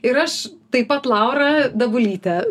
ir aš taip pat laura dabulytė